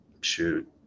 shoot